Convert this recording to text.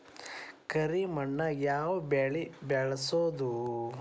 ಕರಿ ಮಣ್ಣಾಗ್ ಯಾವ್ ಬೆಳಿ ಬೆಳ್ಸಬೋದು?